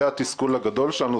זה התסכול הגדול שלנו.